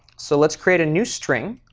so let's create a new string